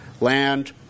Land